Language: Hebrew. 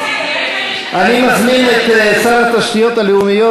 אני מזמין את שר התשתיות הלאומיות,